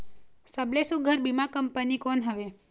सबले सुघ्घर बीमा कंपनी कोन हवे?